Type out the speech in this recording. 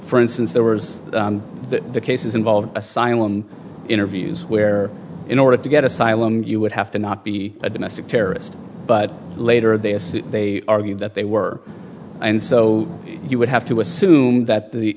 for instance there was the cases involving asylum interviews where in order to get asylum you would have to not be a domestic terrorist but later they assume they argued that they were and so you would have to assume that the